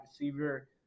receiver